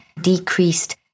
decreased